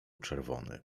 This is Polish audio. czerwony